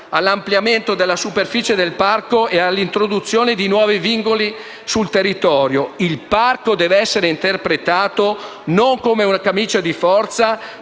all'ampliamento della superficie del parco e all'introduzione di nuovi vincoli sul territorio. Il parco deve essere interpretato non come camicia di forza,